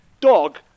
dog